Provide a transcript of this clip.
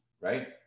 Right